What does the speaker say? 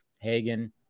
Hagen